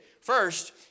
First